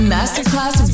Masterclass